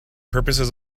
purposes